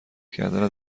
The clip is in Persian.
کردن